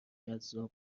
جذاب